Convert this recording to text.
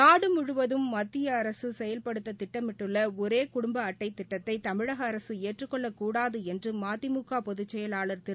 நாடு முழுவதும் மத்திய அரசு செயல்படுத்த திட்டமிட்டுள்ள ஒரே குடும்ப அட்டைத் திட்டத்தை தமிழக அரசு ஏற்றுக்கொள்ளக் கூடாது என்று மதிமுக பொதுச் செயலாளர் திரு